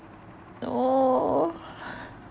no